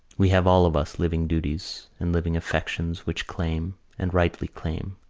we have all of us living duties and living affections which claim, and rightly claim,